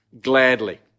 gladly